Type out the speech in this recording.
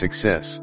success